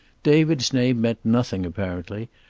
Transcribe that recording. david's name meant nothing, apparently,